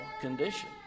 condition